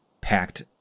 packed